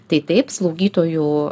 tai taip slaugytojų